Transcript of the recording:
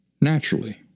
Naturally